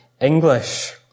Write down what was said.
English